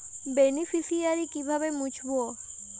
Beneficiary কিভাবে মুছব?